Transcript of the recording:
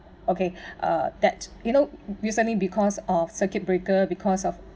okay uh that you know we suddenly because of circuit breaker because of